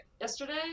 yesterday